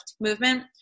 movement